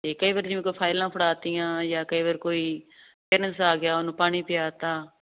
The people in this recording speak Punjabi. ਠੀਕ ਫਾਈਲਾਂ ਫੜਾ ਤੀਆਂ ਜਾਂ ਕਈ ਵਾਰ ਕੋਈ ਤਿੰਨਸ ਆ ਗਿਆ ਉਹਨੂੰ ਪਾਣੀ ਪਿਆ ਤਾ